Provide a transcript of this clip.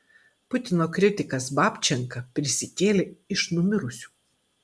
putino kritikas babčenka prisikėlė iš numirusių